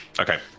Okay